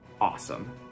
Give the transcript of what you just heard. awesome